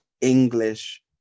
English